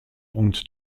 und